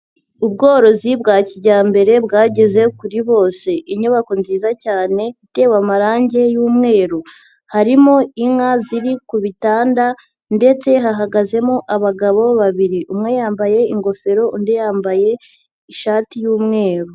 Ubworozi bwa kijyambere bwageze kuri bose, inyubako nziza cyane itewe amarange y'umweru, harimo inka ziri ku bitanda ndetse hahagazemo abagabo babiri, umwe yambaye ingofero undi yambaye ishati y'umweru.